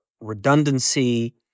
redundancy